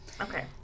Okay